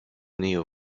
new